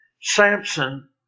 Samson